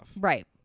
Right